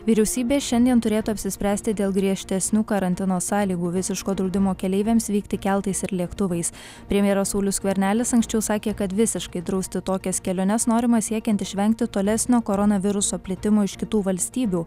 vyriausybė šiandien turėtų apsispręsti dėl griežtesnių karantino sąlygų visiško draudimo keleiviams vykti keltais ir lėktuvais premjeras saulius skvernelis anksčiau sakė kad visiškai drausti tokias keliones norima siekiant išvengti tolesnio koronaviruso plitimo iš kitų valstybių